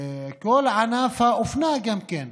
כל ענף האופנה גם כן,